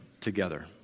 together